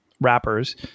wrappers